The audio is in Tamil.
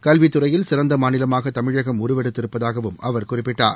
கல்வித்துறையில் சிறந்த மாநிலமாக தமிழகம் உருவெடுத்திருப்பதாகவும் அவர் குறிப்பிட்டார்